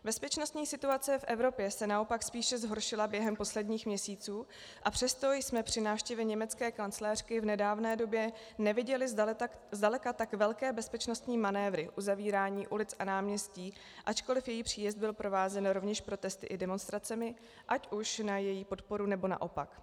Bezpečnostní situace v Evropě se naopak spíše zhoršila během posledních měsíců, a přesto jsme při návštěvě německé kancléřky v nedávné době neviděli zdaleka tak velké bezpečnostní manévry, uzavírání ulic a náměstí, ačkoliv její příjezd byl provázen rovněž protesty i demonstracemi, ať už na její podporu, nebo naopak.